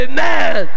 Amen